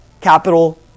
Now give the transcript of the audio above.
capital